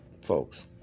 folks